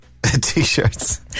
T-shirts